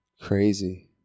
Crazy